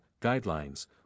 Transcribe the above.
guidelines